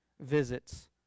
visits